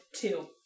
Two